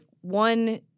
one